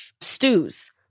stews